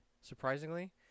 surprisingly